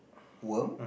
worm